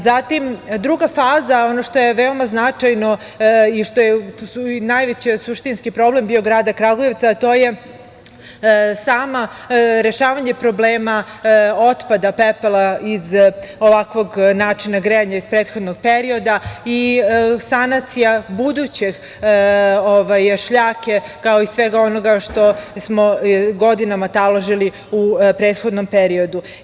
Zatim, druga faza, ono što je veoma značajno i što je najveći suštinski problem bio grada Kragujevca, to je rešavanje problema otpada pepela iz ovakvog načina grejanja iz prethodnog perioda i sanacija buduće šljake, kao i svega onoga što smo godinama taložili u prethodnom periodu.